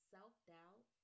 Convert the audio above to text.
Self-Doubt